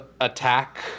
attack